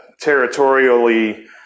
territorially